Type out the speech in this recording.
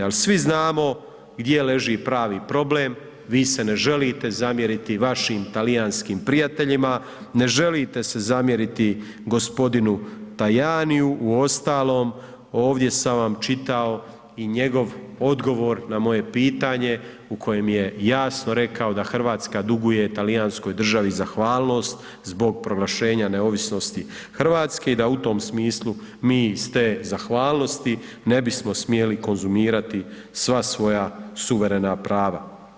Ali svi znamo gdje leži pravi problem, vi se ne želite zamjeriti vašim talijanskim prijateljima, ne želite se zamjeriti g. Tajaniju, uostalom, ovdje sam vam čitao i njegov odgovor na moje pitanje u kojem je jasno rekao da Hrvatska duguje talijanskoj državi zahvalnost zbog proglašenja neovisnosti Hrvatske i da u tom smislu mi iz te zahvalnosti ne bismo smjeli konzumirati sva svoja suverena prava.